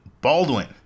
Baldwin